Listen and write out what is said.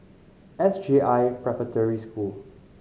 S J I Preparatory School